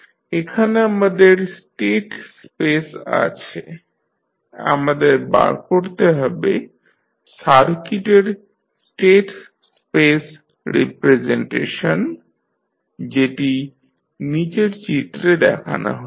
এখানে আমাদের state space আছে আমাদের বার করতে হবে সার্কিটের স্টেট স্পেস রিপ্রেজেনটেশন যেটি নীচের চিত্রে দেখানো হয়েছে